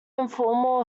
informal